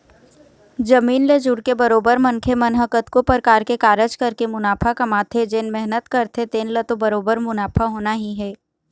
जमीन ले जुड़के बरोबर मनखे मन ह कतको परकार के कारज करके मुनाफा कमाथे जेन मेहनत करथे तेन ल तो बरोबर मुनाफा होना ही हे